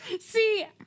See